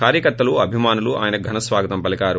కార్యకర్తలు అభిమానులు ఆయనకు ఘన స్వాగతం పలికారు